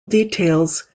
details